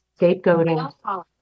scapegoating